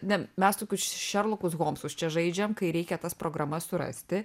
ne mes tokius šerlokus holmsus čia žaidžiam kai reikia tas programas surasti